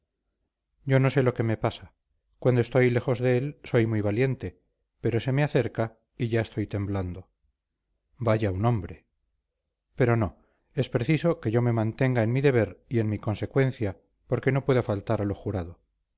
yo no sé lo que me pasa cuando estoy lejos de él soy muy valiente pero se me acerca y ya estoy temblando vaya un hombre pero no es preciso que yo me mantenga en mi deber y en mi consecuencia porque no puedo faltar a lo jurado